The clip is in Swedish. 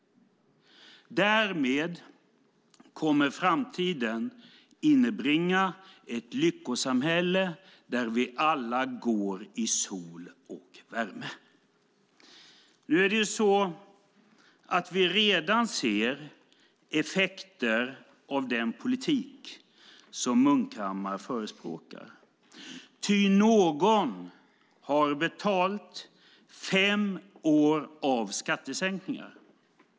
Därmed kommer framtiden att inbringa ett lyckosamhälle där vi alla går i sol och värme. Nu ser vi ju redan effekter av den politik som Munkhammar förespråkar, ty någon har betalat fem år av skattesänkningar.